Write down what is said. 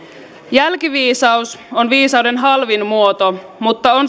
jälkiviisaus on viisauden halvin muoto mutta on